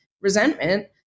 resentment